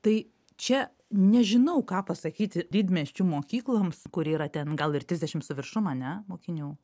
tai čia nežinau ką pasakyti didmiesčių mokykloms kur yra ten gal ir trisdešimt su viršum ane mokinių